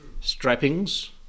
strappings